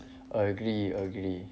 agree agree